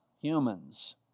humans